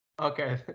Okay